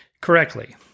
correctly